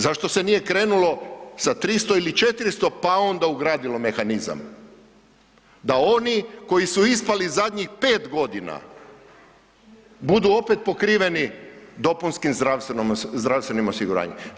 Zašto se nije krenulo sa 300 ili 400, pa onda ugradilo mehanizam da oni koji su ispali zadnjih 5.g. budu opet pokriveni dopunskim zdravstvenim osiguranje?